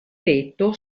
petto